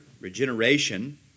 regeneration